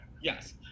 Yes